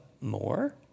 more